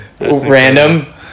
random